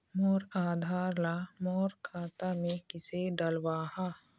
मोर आधार ला मोर खाता मे किसे डलवाहा?